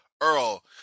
earl